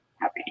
happy